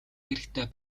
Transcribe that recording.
хэрэгтэй